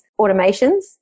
automations